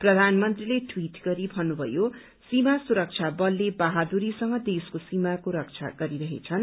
प्रधानमन्त्रीले ट्वीट गरी भन्नुभयो सीमा सुरक्षा बलले बहादुरीसँग देशको सीमाको रक्षा गरिरहेछन्